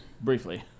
Briefly